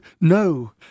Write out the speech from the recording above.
No